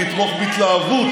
ויתמוך בהתלהבות,